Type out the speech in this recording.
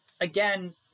again